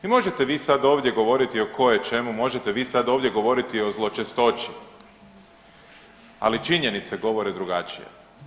I možete vi sada ovdje govoriti o koječemu, možete vi sada ovdje govoriti o zločestoći, ali činjenice govore drugačije.